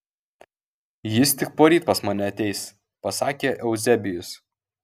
jis tik poryt pas mane ateis pasakė euzebijus